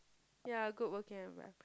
ya good working environment